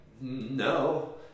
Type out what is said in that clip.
no